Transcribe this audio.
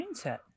mindset